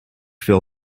fill